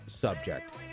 subject